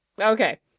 Okay